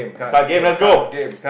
card game let's go